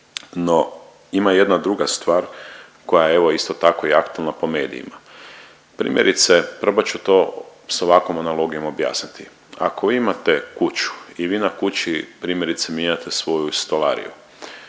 No ima jedna druga stvar koja je evo isto tako i aktualna po medijima. Primjerice, probat ću to s ovakvom analogijom objasniti. Ako imate kuću i vi na kući primjerice mijenjate svoju stolariju,